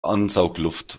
ansaugluft